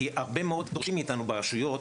כי הרבה מאוד דורשים מאיתנו ברשויות,